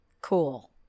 Cool